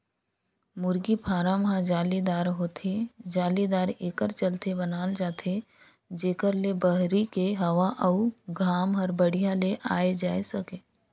मुरगी फारम ह जालीदार होथे, जालीदार एकर चलते बनाल जाथे जेकर ले बहरी के हवा अउ घाम हर बड़िहा ले आये जाए सके